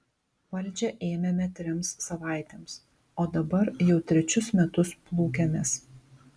valdžią ėmėme trims savaitėms o dabar jau trečius metus plūkiamės